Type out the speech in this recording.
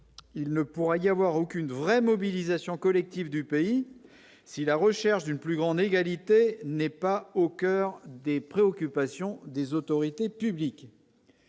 il ne pourra y avoir aucune vraie mobilisation collective du pays si la recherche d'une plus grande égalité n'est pas au coeur des préoccupations des autorités publiques.